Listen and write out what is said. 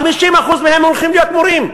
50% מהם הולכים להיות מורים.